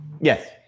Yes